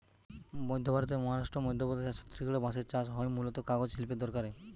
মধ্য ভারতের মহারাষ্ট্র, মধ্যপ্রদেশ আর ছত্তিশগড়ে বাঁশের চাষ হয় মূলতঃ কাগজ শিল্পের দরকারে